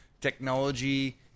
technology